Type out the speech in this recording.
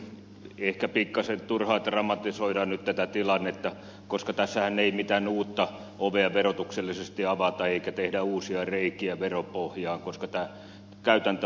ehkä pikkaisen turhaa dramatisoidaan nyt tätä tilannetta koska tässähän ei mitään uutta ovea verotuksellisesti avata eikä tehdä uusia reikiä veropohjaan koska tämä käytäntö on olemassa